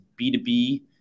B2B